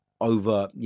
over